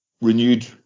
renewed